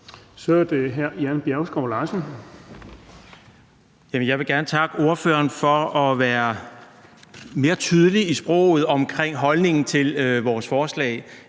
Kl. 17:54 Jan Bjergskov Larsen (SF): Jeg vil gerne takke ordføreren for at være mere tydelig i sit sprog omkring holdningen til vores forslag,